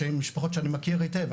שתי משפחות שאני מכיר היטב.